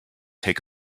take